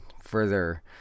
further